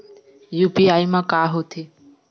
UPI मा का होथे?